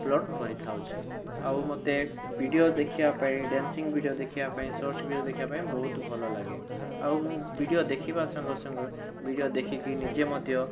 upload କରିଥାଉଛି ଆଉ ମୋତେ ଭିଡ଼ିଓ ଦେଖିବାପାଇଁ ଡ୍ୟାସିଂ ଭିଡ଼ିଓ ଦେଖିବାପାଇଁ ସର୍ଚ ଭିଡ଼ିଓ ଦେଖିବାପାଇଁ ବହୁତ ଭଲଲାଗେ ଆଉ ମୁଁ ଭିଡ଼ିଓ ଦେଖିବା ସଙ୍ଗେ ସଙ୍ଗେ ଭିଡ଼ିଓ ଦେଖିକି ନିଜେ ମଧ୍ୟ